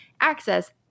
access